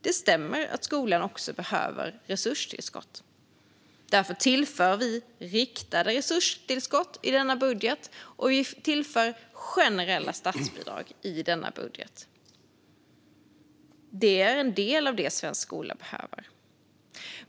Det stämmer att skolan också behöver resurstillskott. Därför tillför vi riktade resurstillskott i denna budget, och vi tillför generella statsbidrag i denna budget. Det är en del av det som svensk skola behöver.